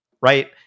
right